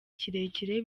kirekire